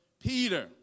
Peter